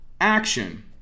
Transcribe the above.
action